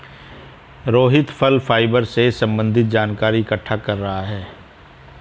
रोहित फल फाइबर से संबन्धित जानकारी इकट्ठा कर रहा है